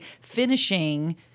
finishing